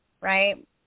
right